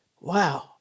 Wow